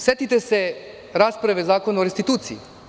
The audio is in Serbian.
Setite se rasprave o Zakonu o restituciji.